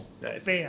Nice